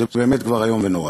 זה באמת כבר איום ונורא.